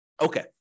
okay